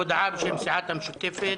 הודעה בשם סיעת המשותפת